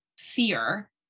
fear